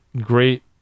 great